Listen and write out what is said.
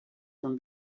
from